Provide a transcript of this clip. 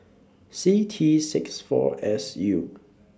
C T six four S U